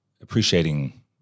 appreciating